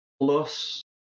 plus